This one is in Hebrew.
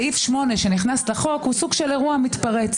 סעיף 8 שנכנס לחוק הוא סוג של אירוע מתפרץ.